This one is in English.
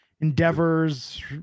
endeavors